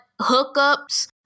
hookups